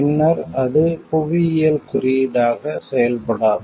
பின்னர் அது புவியியல் குறியீடாக செயல்படாது